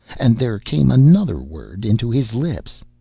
and there came another word into his lips,